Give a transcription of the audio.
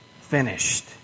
finished